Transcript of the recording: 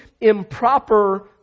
improper